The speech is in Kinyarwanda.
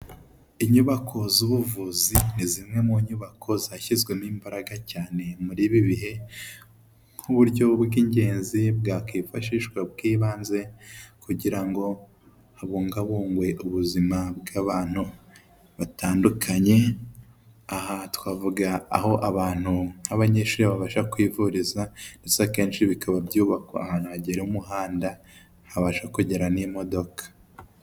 Inyubako z'ubuvuzi, ni zimwe mu nyubako zashyizwemo imbaraga cyane muri ibi bihe, nk'uburyo bw'ingenzi bwakwifashishwa bw'ibanze kugira ngo habungabungwe ubuzima bw'abantu batandukanye, aha twavuga aho abantu nk'abanyeshuri babasha kwivuriza ndetse akenshi bikaba byubakwa ahantu hagera umuhanda, habasha kugera n'imodoka.